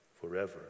forever